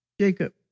Jacob